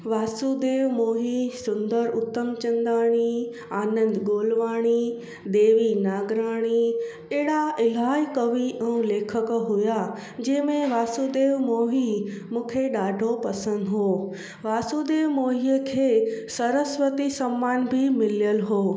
वासुदेव मोही सुंदर उत्तम चंदाणी आनंद गोलवाणी देवी नागराणी अहिड़ा इलाही कवि ऐं लेखक हुआ जंहिं में वासुदेव मोही मूंखे ॾाढो पसंदि हुओ वासुदेव मोहीअ खे सरस्वती सम्मान बि मिल्यल हुओ